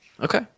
Okay